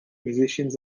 musicians